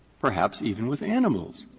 perhaps even with animals,